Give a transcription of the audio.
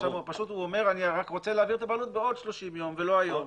הוא פשוט אומר שהוא רוצה להעביר את הבעלות בעוד 30 ימים ולא היום.